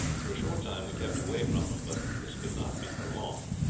for a short time we kept away from them, but this could not be for long,